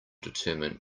determine